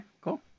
cool